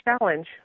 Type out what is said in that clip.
challenge